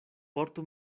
portu